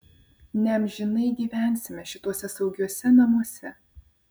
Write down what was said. neamžinai gyvensime šituose saugiuose namuose